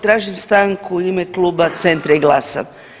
Tražim stanku u ime kluba Centra i GLAS-a.